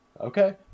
Okay